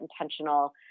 intentional